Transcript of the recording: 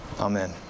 Amen